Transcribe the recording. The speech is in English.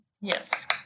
yes